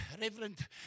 Reverend